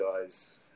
guys